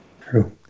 True